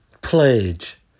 pledge